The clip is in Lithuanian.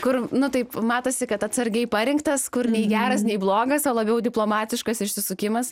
kur nu taip matosi kad atsargiai parinktas kur nei geras nei blogas o labiau diplomatiškas išsisukimas